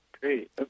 Great